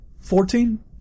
Fourteen